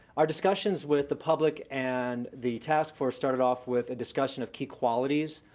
our discussions with the public and the task force started off with a discussion of key qualities,